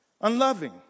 unloving